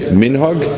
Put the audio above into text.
minhog